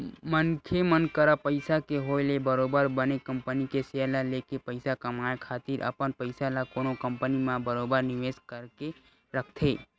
मनखे मन करा पइसा के होय ले बरोबर बने कंपनी के सेयर ल लेके पइसा कमाए खातिर अपन पइसा ल कोनो कंपनी म बरोबर निवेस करके रखथे